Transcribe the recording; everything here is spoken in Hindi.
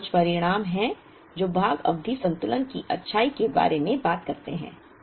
तो कुछ परिणाम हैं जो भाग अवधि संतुलन की अच्छाई के बारे में बात करते हैं